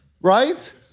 right